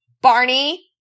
Barney